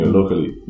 locally